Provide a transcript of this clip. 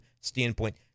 standpoint